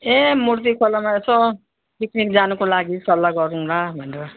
ए मूर्ति खोलामा यसो पिकनिक जानुको लागि सल्लाह गरौँला भनेर